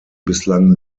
bislang